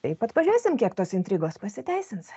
taip pat pažiūrėsim kiek tos intrigos pasiteisins